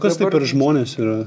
kas tai per žmonės yra